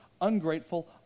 ungrateful